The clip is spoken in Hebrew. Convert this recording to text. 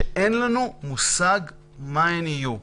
כשאין לנו מושג מה הן יהיו.